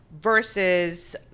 versus